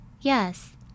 Yes